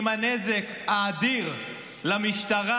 עם הנזק האדיר למשטרה,